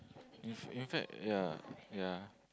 in in fact ya ya